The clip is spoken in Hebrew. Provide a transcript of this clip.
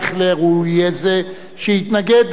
אייכלר יהיה זה שיתנגד,